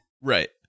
Right